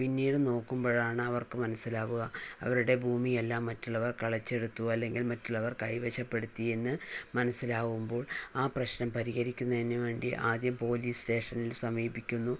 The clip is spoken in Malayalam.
പിന്നീട് നോക്കുമ്പഴാണ് അവർക്ക് മനസ്സിലാവുക അവരുടെ ഭൂമിയെല്ലാം മറ്റുള്ളവർ കിളച്ചെടുത്ത് അല്ലെങ്കിൽ മറ്റുള്ളവർ കൈവശപ്പെടുത്തിയെന്ന് മനസ്സിലാവുമ്പോൾ ആ പ്രശ്നം പരിഹരിക്കുന്നതിനു വേണ്ടി ആദ്യം പോലീസ് സ്റ്റേഷനിൽ സമീപിക്കുന്നു